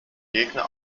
gegner